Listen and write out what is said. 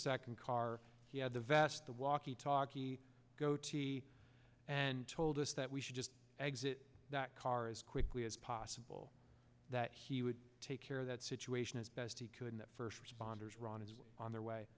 second car he had the vest the walkie talkie goatee and told us that we should just exit that car as quickly as possible that he would take care of that situation as best he could in the first responders run his way on their way